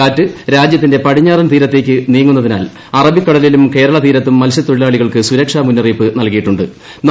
കാറ്റ് രാജ്യത്തിന്റെ പടിഞ്ഞാറൻ തീരത്തേക്ക് നീങ്ങുന്നതിനാൽ അറബിക്കടലിലും കേരളതീരത്തും മത്സൃതൊഴിലാളികൾക്ക് സുരക്ഷാ മുന്നറിയിപ്പ് നൽകിയിട്ടു ്